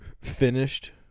finished